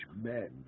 men